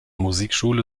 musikschule